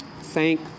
thank